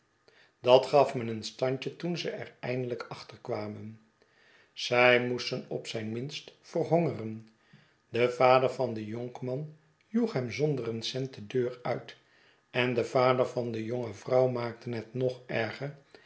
dat gaf me een standje toen ze er eindelijk achter kwamen zij moesten op zijn minst verhongeren de vader van den jonkman joeg hem zonder een cent de deur uit en de vader van de jonge vrouw maakte het nog erger